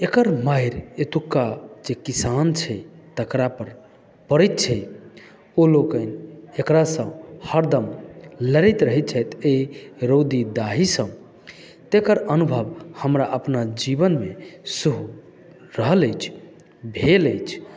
एकर मारि एतुका जे किसान छै तकरा पर पड़ैत छै ओ लोकनि एकरासँ हरदम लड़ैत रहै छथि एहि रौदी दाहीसँ तकर अनुभव हमरा अपना जीवनमे सेहो रहल अछि भेल अछि